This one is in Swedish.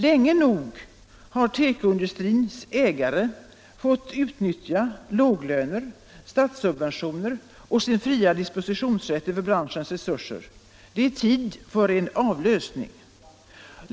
Länge nog har tekoindustrins ägare fått utnyttja låglöner, statssubventioner och sin fria dispositionsrätt över branschens resurser. Det är tid för en avlösning.